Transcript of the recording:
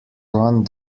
run